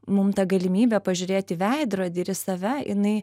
mum ta galimybė pažiūrėt į veidrodį ir į save jinai